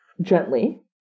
gently